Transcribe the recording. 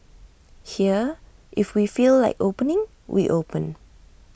here if we feel like opening we open